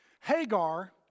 Hagar